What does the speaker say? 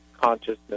consciousness